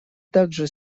также